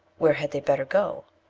where had they better go?